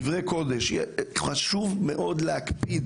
וחשוב מאוד להקפיד